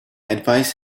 advice